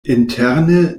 interne